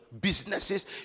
businesses